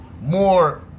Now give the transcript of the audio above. more